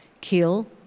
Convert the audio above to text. kill